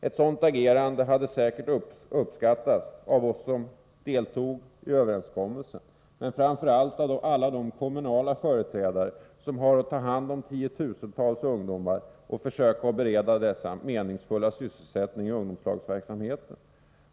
Ett sådant agerande hade säkert uppskattats av oss som har deltagit i överenskommelsen men framför allt av alla de kommunala företrädare som har att ta hand om tiotusentals ungdomar och försöka bereda dem meningsfull sysselsättning i ungdomslagsverksamheten.